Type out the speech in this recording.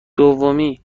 دومی